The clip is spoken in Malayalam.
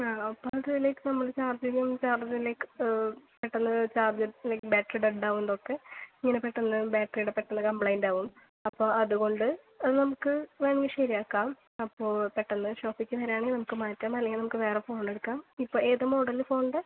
ആണോ അപ്പോൾ അതിലേക്ക് നമ്മൾ ചാർജ് ചെയ്യുമ്പോൾ ചാർജ് ലൈക്ക് പെട്ടെന്ന് ചാർജ് ബാറ്ററി ഡെഡ് ആവുന്നതൊക്കെ ഇങ്ങനെ പെട്ടെന്ന് ബാറ്ററിയുടെ പെട്ടെന്ന് കംപ്ലൈൻറ് ആവും അപ്പം അതുകൊണ്ട് നമുക്ക് വേണമെങ്കിൽ ശരിയാക്കാം അപ്പോൾ പെട്ടെന്ന് ഷോപ്പിലേക്ക് വരുവാണെങ്കിൽ നമുക്ക് മാറ്റാം അല്ലെങ്കിൽ വേറെ ഫോൺ എടുക്കാം ഇപ്പോൾ ഏത് മോഡൽ ഫോണിൻ്റെ